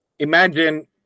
Imagine